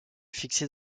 fixé